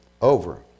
over